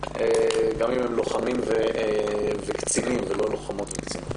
גם אם הם לוחמים וקצינים ולא לוחמות וקצינות.